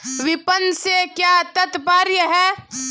विपणन से क्या तात्पर्य है?